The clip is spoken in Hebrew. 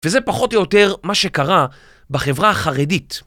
וזה פחות או יותר מה שקרה בחברה החרדית.